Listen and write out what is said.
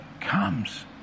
comes